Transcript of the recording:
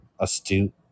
astute